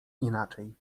inaczej